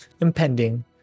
impending